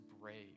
brave